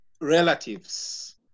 relatives